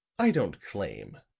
i don't claim,